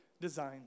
design